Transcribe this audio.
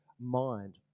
mind